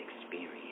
experience